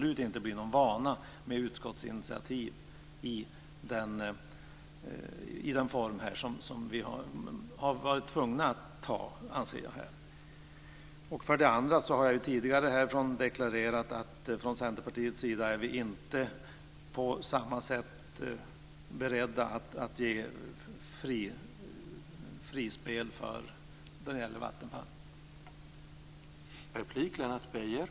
Utskottsinitiativ i den form som jag anser att vi här har varit tvungna att ta får absolut inte bli någon vana. Jag har tidigare deklarerat att vi från Centerpartiets sida inte på samma sätt är beredda att ge regeringen fria händer då det gäller Vattenfall.